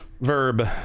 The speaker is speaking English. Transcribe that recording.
Verb